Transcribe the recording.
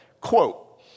Quote